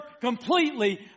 completely